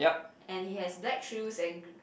and he has black shoes and